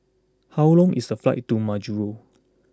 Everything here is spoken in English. how long is the flight to Majuro